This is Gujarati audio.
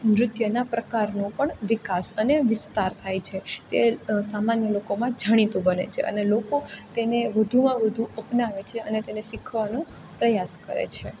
નૃત્યના પ્રકારનો પણ વિકાસ અને વિસ્તાર થાય છે તે સામાન્ય લોકોમાં જાણીતું બને છે અને લોકો તેને વધુમાં વધુ અપનાવે છે અને તેને શીખવાનો પ્રયાસ કરે છે